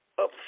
up